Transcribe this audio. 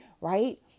right